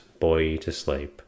boytosleep